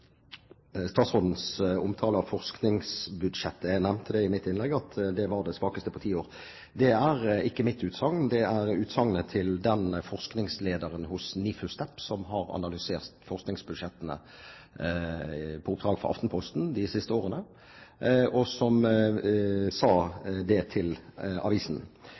nevnte i mitt innlegg at det var det svakeste på ti år. Det er ikke mitt utsagn. Det er et utsagn fra den forskningslederen hos NIFU STEP som har analysert forskningsbudsjettene på oppdrag fra Aftenposten de siste årene, og som sa det til avisen